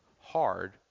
hard